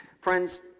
Friends